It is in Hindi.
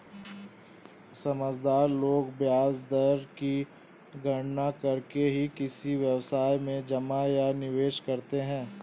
समझदार लोग ब्याज दर की गणना करके ही किसी व्यवसाय में जमा या निवेश करते हैं